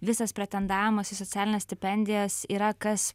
visas pretendavimas į socialines stipendijas yra kas